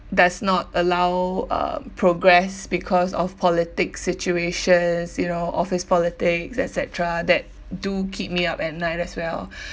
does not allow um progress because of politic situations you know office politics et cetera that do keep me up at night as well